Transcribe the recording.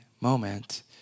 moment